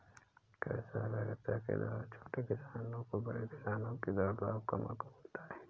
कृषि सहकारिता के द्वारा छोटे किसानों को बड़े किसानों की तरह लाभ का मौका मिलता है